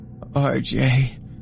RJ